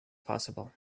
possible